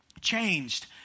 changed